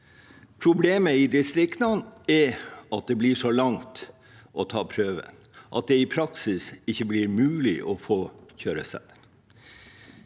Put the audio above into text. Problemet i distriktene er at det blir så langt til der man kan ta prøven, at det i praksis ikke blir mulig å få kjøreseddel.